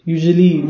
Usually